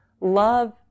love